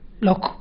Look